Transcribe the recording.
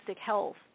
health